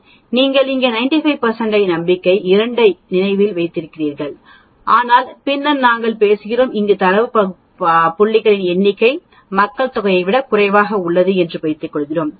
நீங்கள் இங்கே 95 நம்பிக்கை 2 ஐ நினைவில் வைத்திருக்கிறீர்கள் ஆனால் பின்னர் நாங்கள் பேசுகிறோம் அங்கு தரவு புள்ளிகளின் எண்ணிக்கை மக்கள் தொகையை விட குறைவாக இருக்கும் என்று வைத்துக்கொள்வோம்